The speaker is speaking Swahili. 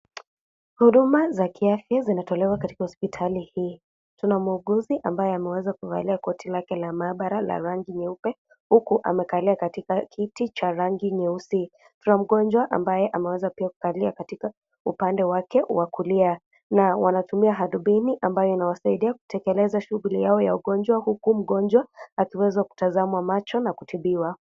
Huduma za kiafya zinatolewa katika hospitali hii tuna muuguzi ambaye ameweza kuvalia koti lake la maabara la rangi nyeupe huku amekalia katika kiti cha rangi nyeusi kuna mgonjwa ambaye ameweza pia kukalia katika upande wake wa kulia na wanatumia hadubini ambayo inawasaidia kutekeleza shughuli yao ya ugonjwa huku mgonjwa akiweza kutazamwa macho na kutibiwa.